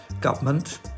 government